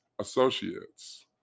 associates